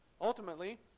ultimately